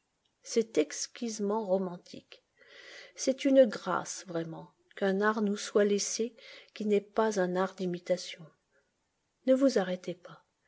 c'est exquisement romantique c'est une grâce vraiment qu'un art nous soit laissé qui n'est pas un art d'imitation ne vous arrêtez pas